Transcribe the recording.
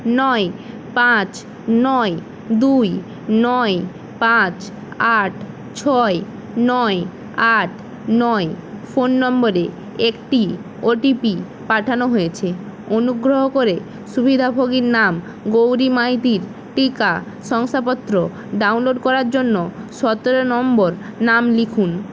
নয় পাঁচ নয় দুই নয় পাঁচ আট ছয় নয় আট নয় ফোন নম্বরে একটি ও টি পি পাঠানো হয়েছে অনুগ্রহ করে সুবিধাভোগীর নাম গৌরী মাইতির টিকা শংসাপত্র ডাউনলোড করার জন্য সতেরো নম্বর নাম লিখুন